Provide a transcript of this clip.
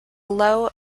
low